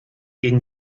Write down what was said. gegen